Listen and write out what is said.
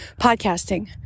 podcasting